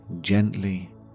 gently